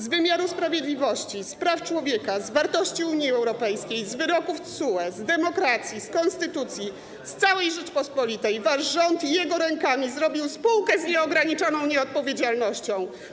Z wymiaru sprawiedliwości, z praw człowieka, z wartości Unii Europejskiej, z wyroków TSUE, z demokracji, z konstytucji, z całej Rzeczypospolitej wasz rząd jego rękami zrobił spółkę z nieograniczoną nieodpowiedzialnością.